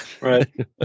Right